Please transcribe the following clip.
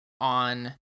on